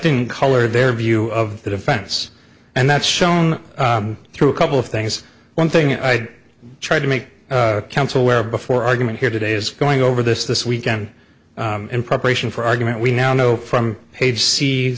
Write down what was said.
didn't colored their view of the defense and that's shown through a couple of things one thing i tried to make counsel where before argument here today is going over this this weekend in preparation for argument we now know from page